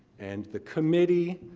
and the committee,